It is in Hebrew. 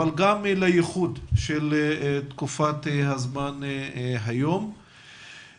במיוחד לאור מה שקורה היום בצל הקורונה.